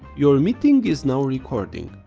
your meeting is now recording.